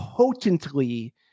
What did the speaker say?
potently